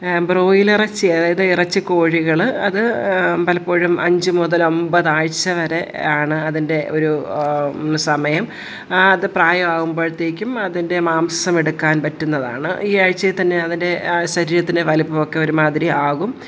ബ്രോയിലറച്ചി അതായത് ഇറച്ചി കോഴികൾ അത് പലപ്പോഴും അഞ്ച് മുതൽ അൻപതാഴ്ച്ച വരെ ആണ് അതിൻ്റെ ഒരു സമയം അത് പ്രായാവുമ്പോഴ്ത്തേക്കും അതിൻ്റെ മാംസമെടുക്കാൻ പറ്റുന്നതാണ് ഈ ആഴ്ച്ചയിൽ തന്നെ അതിന് ശരീരത്തിന് വലിപ്പമൊക്കെ ഒരുമാതിരി ആകും